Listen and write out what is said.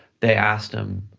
they asked him